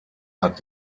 hat